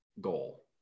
goal